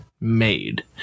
made